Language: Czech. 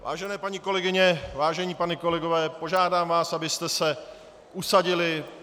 Vážené paní kolegyně, vážení páni kolegové, požádám vás, abyste se usadili.